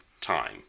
time